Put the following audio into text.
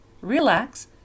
relax